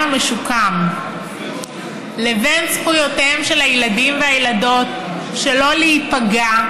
המשוקם לבין זכויותיהם של הילדים והילדות שלא להיפגע,